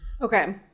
Okay